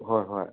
ꯍꯣꯏ ꯍꯣꯏ